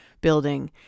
building